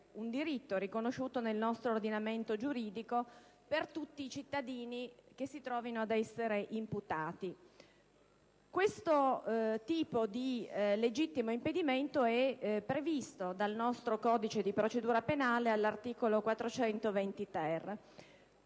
un diritto riconosciuto dal nostro ordinamento giuridico per tutti i cittadini che si trovino ad essere imputati ed è previsto dal nostro codice di procedura penale all'articolo 420-*ter.*